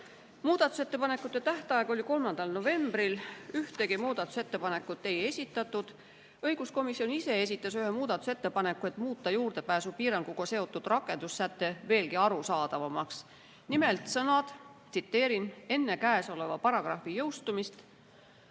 Muudatusettepanekute tähtaeg oli 3. novembril, ühtegi muudatusettepanekut ei esitatud. Õiguskomisjon ise esitas ühe muudatusettepaneku, et muuta juurdepääsupiiranguga seotud rakendussäte veelgi arusaadavamaks. Nimelt, sõnad "enne käesoleva paragrahvi jõustumist"